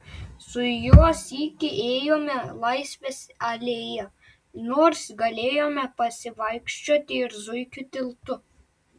su juo sykį ėjome laisvės alėja nors galėjome pasivaikščioti ir zuikių tiltu